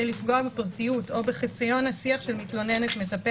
לפגוע בפרטיות או בחיסיון השיח של מתלוננת-מטפל,